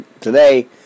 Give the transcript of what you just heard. today